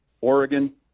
Oregon